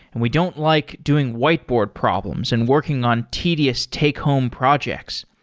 and we don't like doing whiteboard problems and working on tedious take home projects.